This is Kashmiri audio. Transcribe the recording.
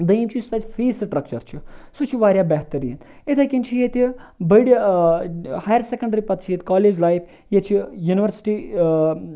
دٔیِم چھُ تَتہِ یُس تَتہِ فی سٹرکچَر چھُ سُہ چھُ واریاہ بہترین اِتھے کٔنۍ چھِ ییٚتہِ بٔڑۍ ہایَر سیٚکَنڈری پَتہِ چھِ ییٚتہِ کالیج لایِف ییٚتہِ چھُ یُنِورسِٹی